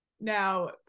now